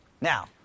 Now